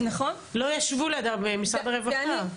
לא ישבו לידה במשרד הרווחה.